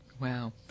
Wow